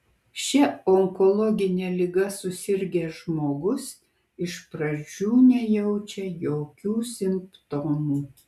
šia onkologine liga susirgęs žmogus iš pradžių nejaučia jokių simptomų